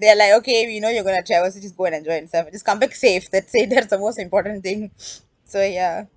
they are like okay you know you're going to travel so just go and enjoy yourself and just come back safe that’s it that's the most important thing so ya